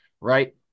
right